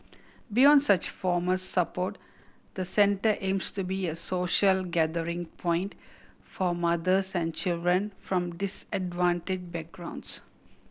beyond such formal support the centre aims to be a social gathering point for mothers and children from disadvantaged backgrounds